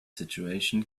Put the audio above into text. situation